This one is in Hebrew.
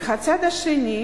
ומן הצד השני,